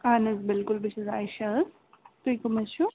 اَہن حظ بِلکُل بہٕ چھَس عایشہ حظ تُہۍ کٕم حظ چھُو